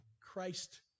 Christ